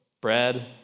bread